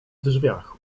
drzwiach